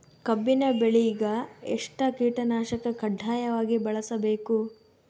ಕಬ್ಬಿನ್ ಬೆಳಿಗ ಎಷ್ಟ ಕೀಟನಾಶಕ ಕಡ್ಡಾಯವಾಗಿ ಬಳಸಬೇಕು?